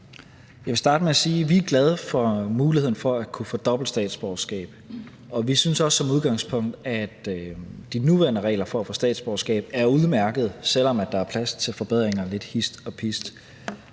Jeg vil starte med at sige, vi er glade for muligheden for at kunne få dobbelt statsborgerskab, og som udgangspunkt synes vi også, at de nuværende regler for at få statsborgerskab er udmærkede, selv om der er plads til lidt forbedringer hist og pist.